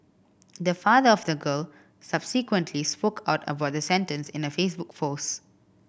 the father of the girl subsequently spoke out about the sentence in a Facebook post